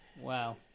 Wow